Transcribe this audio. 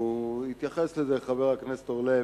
התייחס לזה חבר הכנסת אורלב,